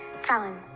Fallon